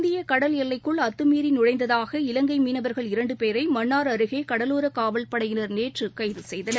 இந்திய கடல் எல்லைக்குள் அத்துமீறிநுழைந்ததாக இலங்கைமீனவர்கள் இரண்டுபேரைமன்னார் அருகேகடலோரகாவல் படையினர் நேற்றுகைதுசெய்தனர்